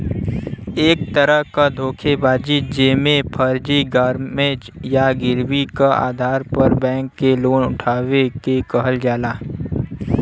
एक तरह क धोखेबाजी जेमे फर्जी मॉर्गेज या गिरवी क आधार पर बैंक से लोन उठावे क कहल जाला